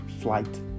Flight